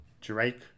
Drake